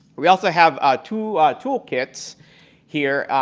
we also have two toolkits here,